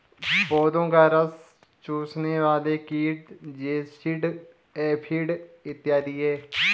पौधों का रस चूसने वाले कीट जैसिड, एफिड इत्यादि हैं